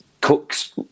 Cook's